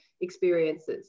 experiences